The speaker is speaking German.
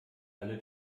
alle